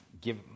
give